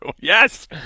yes